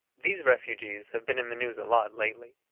these refugees have been in the news a lot lately.